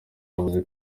yavuze